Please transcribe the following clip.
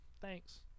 Thanks